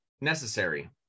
necessary